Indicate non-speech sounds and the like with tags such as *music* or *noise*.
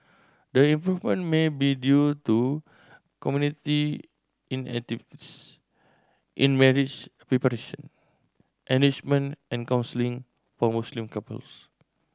the improvement may be due to community *unintelligible* in marriage preparation enrichment and counselling for Muslim couples